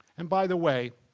and, by the way,